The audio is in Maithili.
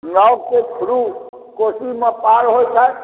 नाव के थ्रू कोशी मे पार होइ छथि